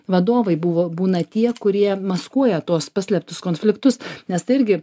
vadovai buvo būna tie kurie maskuoja tuos paslėptus konfliktus nes tai irgi